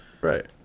Right